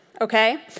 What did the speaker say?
Okay